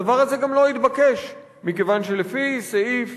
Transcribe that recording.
הדבר הזה גם לא התבקש, מכיוון שלפי סעיף